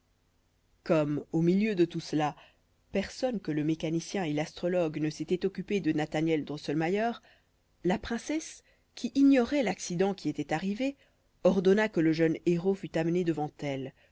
comme au milieu de tout cela personne que le mécanicien et l'astrologue ne s'était occupé de nalhaniel drosselmayer la princesse qui ignorait l'accident qui était arrivé ordonna que le jeune héros fût amené devant elle